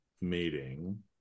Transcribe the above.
meeting